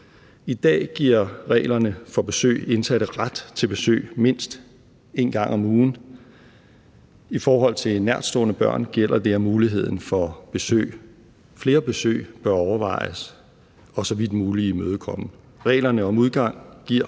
I dag giver reglerne for besøg indsatte ret til besøg mindst én gang om ugen. I forhold til nærtstående børn gælder det, at muligheden for flere besøg bør overvejes og så vidt muligt imødekommes. Reglerne om udgang giver,